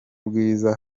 bwiza